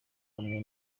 hamwe